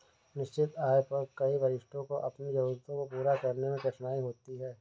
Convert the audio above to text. निश्चित आय पर कई वरिष्ठों को अपनी जरूरतों को पूरा करने में कठिनाई होती है